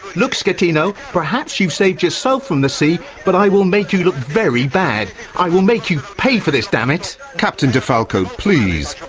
look, so schettino, perhaps you've saved yourself from the sea, but i will make you look very bad i will make you pay for this, dammit. captain de falco, please,